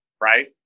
right